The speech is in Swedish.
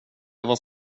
vad